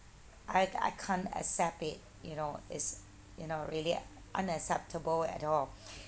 I I can't accept it you know it's you know really unacceptable at all